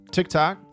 TikTok